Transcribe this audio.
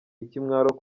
ikimwaro